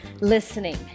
listening